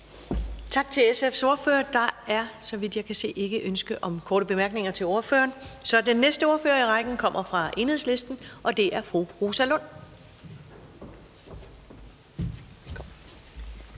Tak til SF's ordfører. Der er, så vidt jeg kan se, ikke noget ønske om korte bemærkninger til ordføreren. Den næste ordfører i rækken kommer fra Enhedslisten, og det er fru Rosa Lund.